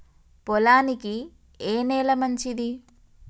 పొలానికి ఏ నేల మంచిది?